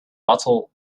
bottle